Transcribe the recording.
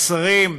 השרים,